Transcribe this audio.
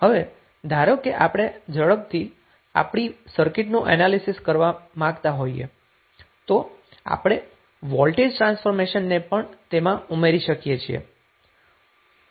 હવે ધારો કે આપણે ઝડપથી આપણી સર્કિટનું એનાલિસિસ કરવા માગતા હોઈએ તો આપણે વોલ્ટેજ ટ્રાન્સફોર્મેશનને પણ તેમાં ઉમેરી શકીએ છીએ